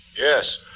Yes